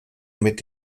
mit